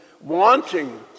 wanting